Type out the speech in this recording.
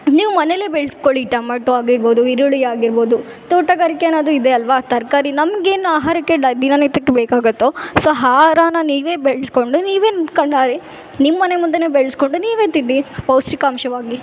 ನೀವು ಮನೆಯಲೇ ಬೆಳೆಸ್ಕೊಳಿ ಟಮಟೊ ಆಗಿರ್ಬೋದು ಈರುಳ್ಳಿಯಾಗಿರ್ಬೋದು ತೋಟಗಾರಿಕೆ ಅನ್ನೋದು ಇದೆ ಅಲ್ವ ತರಕಾರಿ ನಮ್ಗೇನು ಆಹಾರಕ್ಕೆ ದ ದಿನ ನಿತ್ಯಕ್ಕೆ ಬೇಕಾಗುತ್ತೊ ಸೊ ಆಹಾರಾನ ನೀವೆ ಬೆಳೆಸ್ಕೊಂಡು ನೀವೆ ಕಣ್ಣಾರೆ ನಿಮ್ಮ ಮನೆ ಮುಂದೇ ಬೆಳೆಸ್ಕೊಂಡು ನೀವೆ ತಿನ್ನಿ ಪೌಷ್ಠಿಕಾಂಶವಾಗಿ